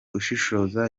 ushishoza